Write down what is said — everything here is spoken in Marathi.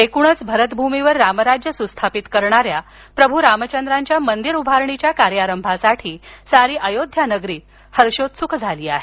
एकूणच भरतभूमीवर रामराज्य सुस्थापित करणाऱ्या प्रभू रामचंद्रांच्या मंदिर उभारणीच्या कार्यारंभासाठी सारी अयोध्या हर्षोत्सुक झाली आहे